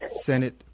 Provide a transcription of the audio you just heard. Senate